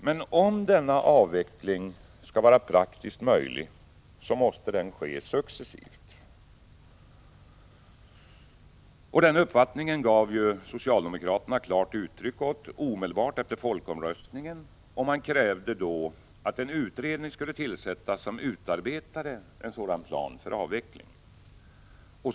Men om denna avveckling skall vara praktiskt möjlig måste den ske successivt. Den uppfattningen gav socialdemokraterna klart uttryck åt omedelbart efter folkomröstningen. Man krävde då att en utredning skulle tillsättas för att utarbeta en plan för avveckling.